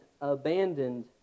abandoned